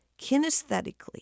kinesthetically